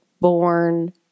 born